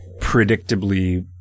predictably